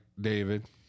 david